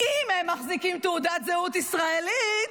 אם הם מחזיקים תעודת זהות ישראלית,